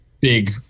big